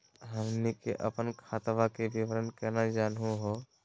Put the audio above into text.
हमनी के अपन खतवा के विवरण केना जानहु हो?